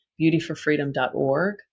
beautyforfreedom.org